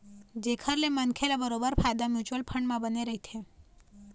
जेखर ले मनखे ल बरोबर फायदा म्युचुअल फंड म बने रहिथे